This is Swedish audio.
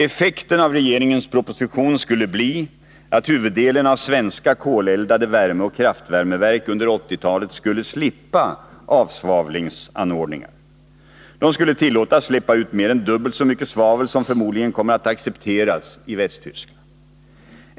Effekten av regeringens proposition skulle bli att huvuddelen av svenska koleldade värmeoch kraftvärmeverk under 1980-talet skulle slippa avsvavlingsanordningar. De skulle tillåtas att släppa ut mer än dubbelt så mycket svavel som förmodligen kommer att accepteras i Västtyskland.